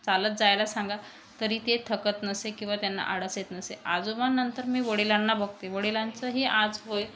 चालत जायला सांगा तरी ते थकत नसे किंवा त्यांना आळस येत नसे आजोबा नंतर मी वडिलांना बघते वडिलांचंही आज वय